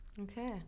Okay